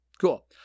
Cool